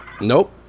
Nope